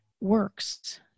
works